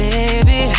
Baby